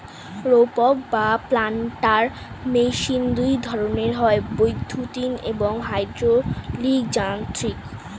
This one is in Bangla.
রোপক বা প্ল্যান্টার মেশিন দুই ধরনের হয়, বৈদ্যুতিন এবং হাইড্রলিক যান্ত্রিক